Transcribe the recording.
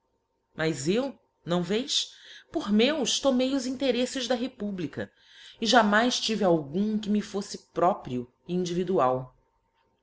mas eu não vês por meus tomei os intereífes da republica e jamais tive algum que me foffe próprio e individual